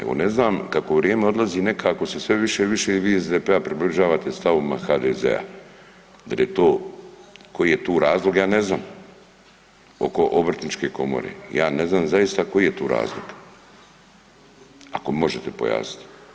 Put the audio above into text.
Evo ne znam kako vrijeme odlazi nekako se sve više i više vi iz SDP-a približavate stavovima HDZ-a, dal je to, koji je tu razlog ja ne znam oko obrtničke komore, ja ne znam zaista koji je tu razlog ako možete pojasnit.